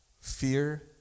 Fear